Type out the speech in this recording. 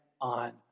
on